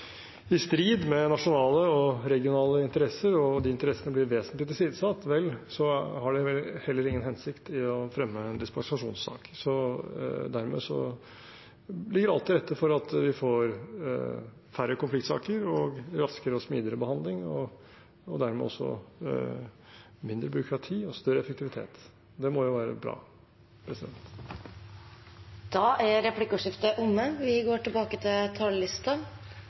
i strid med nasjonale og regionale interesser og de interessene blir vesentlig tilsidesatt, har det heller ingen hensikt å fremme en dispensasjonssak. Dermed ligger alt til rette for at vi får færre konfliktsaker og raskere og smidigere behandling, og dermed også mindre byråkrati og større effektivitet. Det må jo være bra. Da er replikkordskiftet omme.